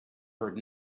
heard